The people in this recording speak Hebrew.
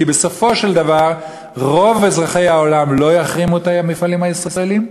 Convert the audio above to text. כי בסופו של דבר רוב אזרחי העולם לא יחרימו את המפעלים הישראליים,